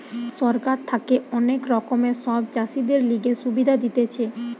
সরকার থাকে অনেক রকমের সব চাষীদের লিগে সুবিধা দিতেছে